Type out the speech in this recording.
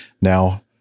now